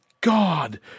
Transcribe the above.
God